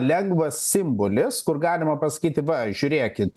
lengvas simbolis kur galima pasakyti va žiūrėkit